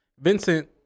Vincent